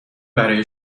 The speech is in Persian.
برای